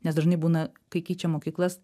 nes dažnai būna kai keičia mokyklas